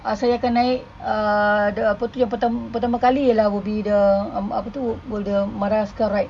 saya akan naik uh the apa tu yang pertama kali ialah will be the um apa tu will the madagascar ride